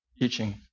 teaching